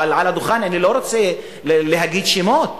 אבל מעל הדוכן אני לא רוצה להגיד שמות.